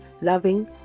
loving